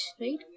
right